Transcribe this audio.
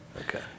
Okay